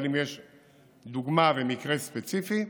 אבל אם יש דוגמה ומקרה ספציפי,